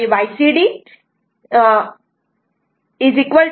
8 Icd 8